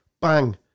bang